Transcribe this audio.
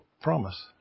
promise